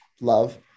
love